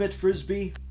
frisbee